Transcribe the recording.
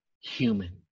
human